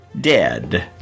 dead